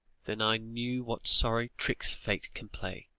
then i knew what sorry tricks fate can play!